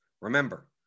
Remember